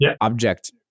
object